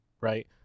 right